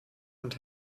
und